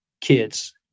kids